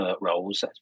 roles